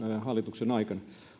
hallituksen aikana